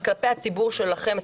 כלפי הציבור שלכם,